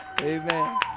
amen